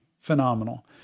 phenomenal